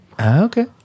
Okay